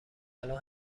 الان